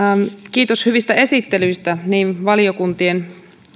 kiitos hyvistä esittelyistä niin valiokuntien